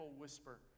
whisper